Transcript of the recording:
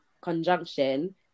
conjunction